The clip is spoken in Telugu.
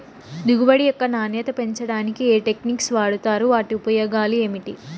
దిగుబడి యొక్క నాణ్యత పెంచడానికి ఏ టెక్నిక్స్ వాడుతారు వాటి ఉపయోగాలు ఏమిటి?